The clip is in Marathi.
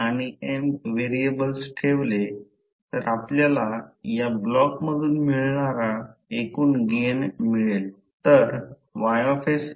आणि युनिफॉर्म फ्लक्स डेन्सिटीसाठी क्षेत्रातून जाणारा फ्लक्स ∅ B A बी म्हणजे फ्लक्स डेन्सिटी